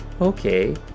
Okay